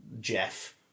Jeff